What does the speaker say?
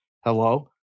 Hello